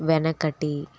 వెనకటి